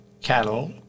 cattle